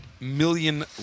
million